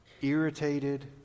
irritated